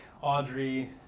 Audrey